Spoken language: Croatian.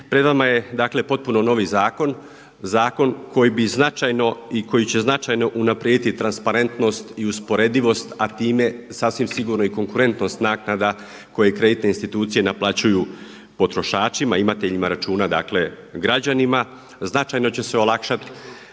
bi značajno i koji će značajno unaprijediti transparentnost i usporedivost, a time sasvim sigurno i konkurentnost naknada koje kreditne institucije naplaćuju potrošačima, imateljima računa dakle građanima. Značajno će se olakšat